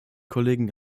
kollegen